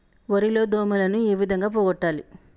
వరి లో దోమలని ఏ విధంగా పోగొట్టాలి?